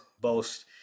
boast